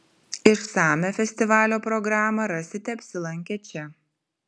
išsamią festivalio programą rasite apsilankę čia